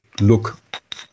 look